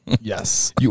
Yes